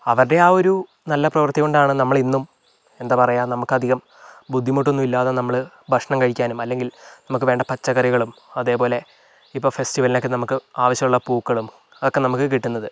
അവരുടെ ആ ഒരു നല്ല പ്രവർത്തിക്കൊണ്ടാണ് നമ്മൾ ഇന്നും എന്താ പറയുക നമുക്കധികം ബുദ്ധിമുട്ടൊന്നുമില്ലാതെ നമ്മള് ഭക്ഷണം കഴിക്കാനും അല്ലെങ്കിൽ നമുക്ക് വേണ്ട പച്ചക്കറികളും അതേപോലെ ഇപ്പോൾ ഫെസ്റ്റിവലിനൊക്കെ നമുക്ക് ആവശ്യമുള്ള പൂക്കളും അതൊക്കെ നമുക്ക് കിട്ടുന്നത്